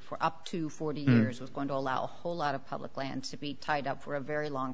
for up to forty years was going to allow whole lot of public lands to be tied up for a very long